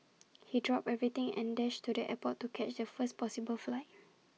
he dropped everything and dashed to the airport to catch the first possible flight